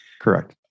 Correct